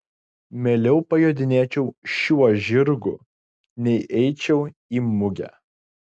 mieliau pajodinėčiau šiuo žirgu nei eičiau į mugę